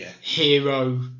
hero